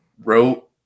wrote